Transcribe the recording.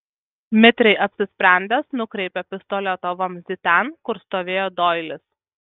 mitriai apsisprendęs nukreipė pistoleto vamzdį ten kur stovėjo doilis